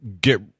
get